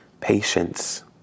Patience